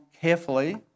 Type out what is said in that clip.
carefully